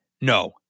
No